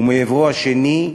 ומעברו השני,